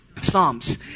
Psalms